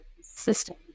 system